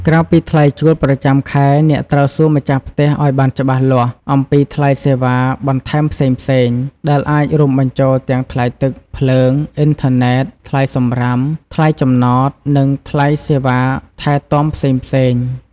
ក្រៅពីថ្លៃជួលប្រចាំខែ អ្នកត្រូវសួរម្ចាស់ផ្ទះឱ្យបានច្បាស់លាស់អំពីថ្លៃសេវាបន្ថែមផ្សេងៗ ដែលអាចរួមបញ្ចូលទាំងថ្លៃទឹក ភ្លើង អ៊ីនធឺណេត ថ្លៃសំរាម ថ្លៃចំណត និងថ្លៃសេវាថែទាំផ្សេងៗ។